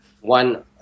one